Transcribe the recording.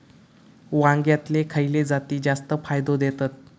वांग्यातले खयले जाती जास्त फायदो देतत?